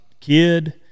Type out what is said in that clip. kid